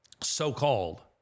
so-called